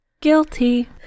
Guilty